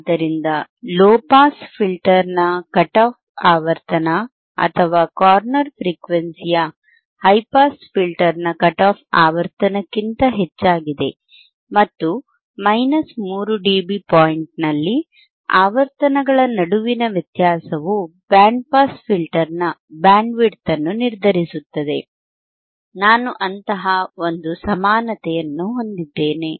ಆದ್ದರಿಂದ low pass ಫಿಲ್ಟರ್ನ cut off ಆವರ್ತನ ಅಥವಾ ಕಾರ್ನರ್ ಫ್ರೀಕ್ವೆನ್ಸಿಯು ಹೈ ಪಾಸ್ ಫಿಲ್ಟರ್ನ ಕಟ್ ಆಫ್ ಆವರ್ತನಕ್ಕಿಂತ ಹೆಚ್ಚಾಗಿದೆ ಮತ್ತು 3 ಡಿಬಿ ಪಾಯಿಂಟ್ನಲ್ಲಿ ಆವರ್ತನಗಳ ನಡುವಿನ ವ್ಯತ್ಯಾಸವು ಬ್ಯಾಂಡ್ ಪಾಸ್ ಫಿಲ್ಟರ್ನ ಬ್ಯಾಂಡ್ವಿಡ್ತ್ ಅನ್ನು ನಿರ್ಧರಿಸುತ್ತದೆ ನಾನು ಅಂತಹ ಒಂದು ಸಮಾನತೆಯನ್ನು ಹೊಂದಿದ್ದೇನೆ